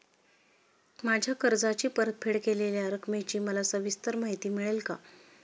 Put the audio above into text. माझ्या कर्जाची परतफेड केलेल्या रकमेची मला सविस्तर माहिती मिळेल का?